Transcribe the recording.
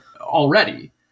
already